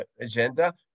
agenda